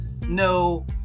no